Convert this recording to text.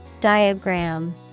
Diagram